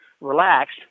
relaxed